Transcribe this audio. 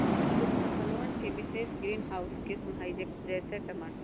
कुछ फसलवन के विशेष ग्रीनहाउस किस्म हई, जैसे टमाटर